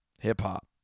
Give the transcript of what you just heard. hip-hop